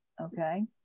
Okay